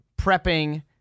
prepping